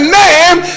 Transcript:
name